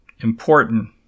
Important